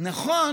נכון